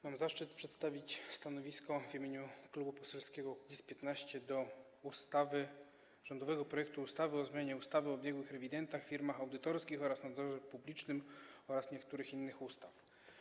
Mam zaszczyt przedstawić stanowisko w imieniu Klubu Poselskiego Kukiz’15 odnośnie do rządowego projektu ustawy o zmianie ustawy o biegłych rewidentach, firmach audytorskich oraz nadzorze publicznym oraz niektórych innych ustaw.